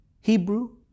Hebrew